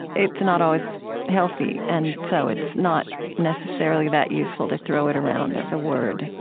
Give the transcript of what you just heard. it's not always healthy, and so it's not necessarily that useful to throw it around, as a word